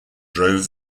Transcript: drove